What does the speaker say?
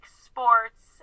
sports